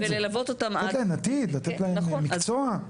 לתת להן עתיד, לתת להן מקצוע.